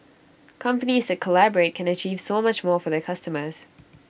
companies that collaborate can achieve so much more for the customers